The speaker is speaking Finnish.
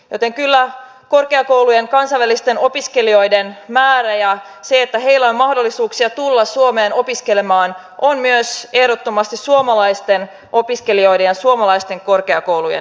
joten kyllä korkeakoulujen kansainvälisten opiskelijoiden määrä ja se että heillä on mahdollisuuksia tulla suomeen opiskelemaan on myös ehdottomasti suomalaisten opiskelijoiden ja suomalaisten korkeakoulujen etu